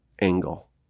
angle